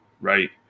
right